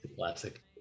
Classic